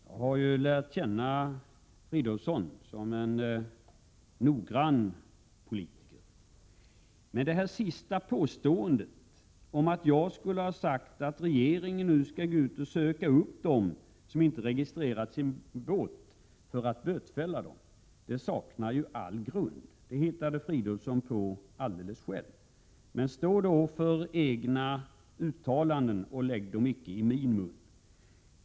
Herr talman! Jag har lärt känna Filip Fridolfsson som en noggrann politiker. Men det senaste påståendet, att jag skulle ha sagt att regeringen nu skulle gå ut och söka upp dem som inte har registrerat sin båt för att bötfälla dem, saknar all grund. Det hittade Filip Fridolfsson på alldeles själv. Men stå då för egna uttalanden och lägg dem icke i min mun!